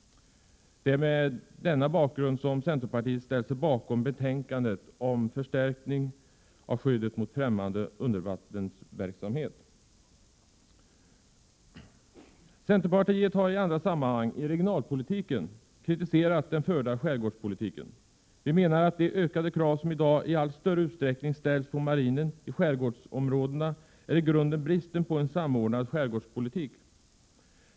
Det är mot denna bakgrund som centerpartiet har ställt sig bakom betänkandet om förstärkning av skyddet mot främmande undervattensverksamhet. Centerpartiet har i andra sammanhang, i regionalpolitiken, kritiserat den förda skärgårdspolitiken. Vi menar att de ökade krav som i dag i allt större utsträckning ställs på marinen när det gäller skärgårdsområdena i grunden beror på bristen på en samordnad skärgårdspolitik.